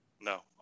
No